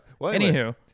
Anywho